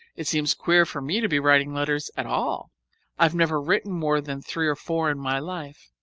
it seems queer for me to be writing letters at all i've never written more than three or four in my life,